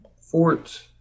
Fort